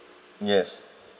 yes